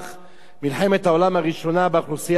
מלחמת העולם הראשונה באוכלוסייה הארמנית,